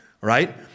right